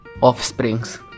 offsprings